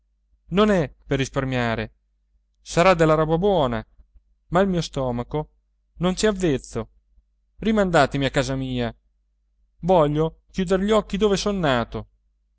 non è per risparmiare sarà della roba buona ma il mio stomaco non c'è avvezzo rimandatemi a casa mia voglio chiuder gli occhi dove son nato